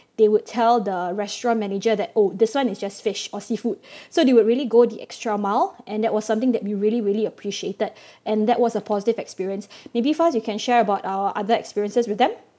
they would tell the restaurant manager that oh this one is just fish or seafood so they would really go the extra mile and that was something that we really really appreciated and that was a positive experience maybe Faz you can share about our other experiences with them